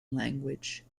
language